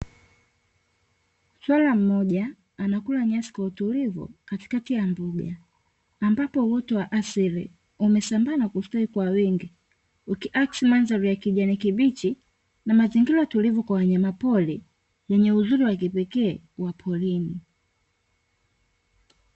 Swala mmoja anakula nyasi kwa utulivu katikati ya mbuga. Ambapo uoto wa asili umesambaa na kustawi kwa wingi, ukiakisi mandhari ya kijani kibichi na mazingira tulivu kwa wanyama pori, yenye uzuri wa kipekee wa porini.